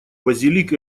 базилик